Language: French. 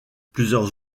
plusieurs